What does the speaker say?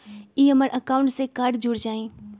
ई हमर अकाउंट से कार्ड जुर जाई?